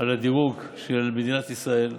על הדירוג של מדינת ישראל,